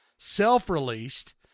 Self-released